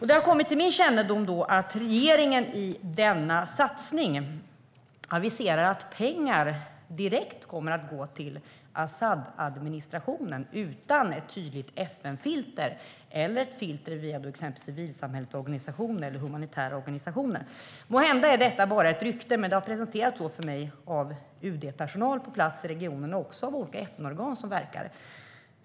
Det har kommit till min kännedom att regeringen i denna satsning aviserar att pengar kommer att gå direkt till Asadadministrationen utan ett tydligt FN-filter eller ett filter via exempelvis civilsamhällesorganisationer eller humanitära organisationer. Måhända är detta bara ett rykte, men det har presenterats så för mig av UD-personal på plats i regionen och av olika FN-organ som verkar där.